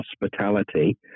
hospitality